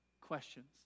questions